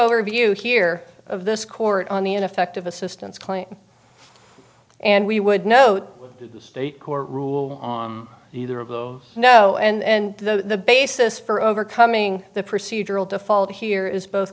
overview here of this court on the ineffective assistance claim and we would note the state court rule on either of those no and though the basis for overcoming the procedural default here is both